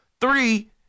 Three